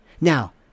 Now